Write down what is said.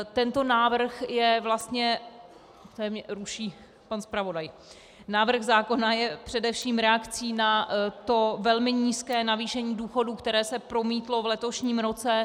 Tento návrh je vlastně tady mě ruší pan zpravodaj návrh zákona je především reakcí na velmi nízké navýšení důchodů, které se promítlo v letošním roce.